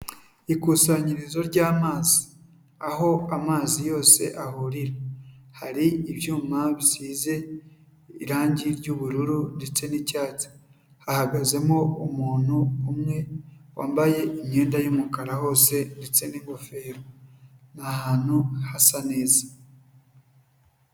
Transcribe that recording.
Ikusanyirizo ry'amazi. Aho amazi yose ahurira. Hari ibyuma bisize irangi ry'ubururu ndetse n'icyatsi. Hahagazemo umuntu umwe, wambaye imyenda y'umukara hose ndetse n'ingofero. Ni ahantu hasa neza.